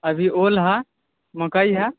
अभी ओल है मकई है